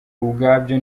ubwabyo